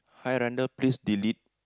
hi Randall please delete